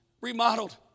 remodeled